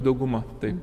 dauguma tai